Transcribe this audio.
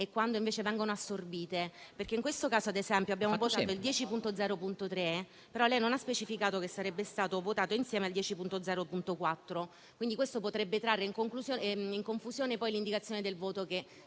e quando invece vengono assorbite. In questo caso, ad esempio, abbiamo votato l'emendamento 10.0.3, però lei non ha specificato che sarebbe stato votato insieme al 10.0.4; questo potrebbe trarre in confusione poi l'indicazione di voto che